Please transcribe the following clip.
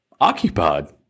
occupied